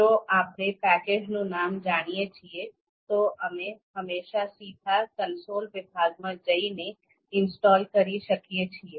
જો આપણે પેકેજનું નામ જાણીએ છીએ તો અમે હંમેશા સીધા કન્સોલ વિભાગમાં જઈને ઇન્સ્ટોલ કરી શકીએ છીએ